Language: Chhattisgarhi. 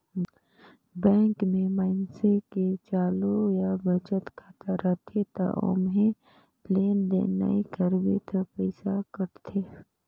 बैंक में मइनसे के चालू या बचत खाता रथे त ओम्हे लेन देन नइ करबे त पइसा कटथे